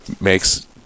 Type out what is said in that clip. makes